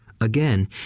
again